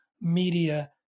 media